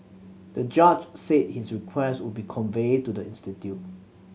the judge said his request would be conveyed to the institute